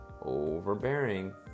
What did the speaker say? overbearing